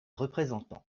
représentants